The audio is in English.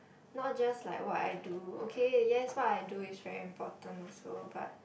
not just like what I do okay yes what I do is very important also but